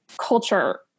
culture